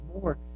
more